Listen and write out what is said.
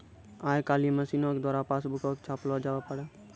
आइ काल्हि मशीनो के द्वारा पासबुको के छापलो जावै पारै